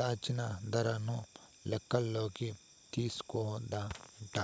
దాచిన దరను లెక్కల్లోకి తీస్కోదట